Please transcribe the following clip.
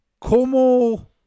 Como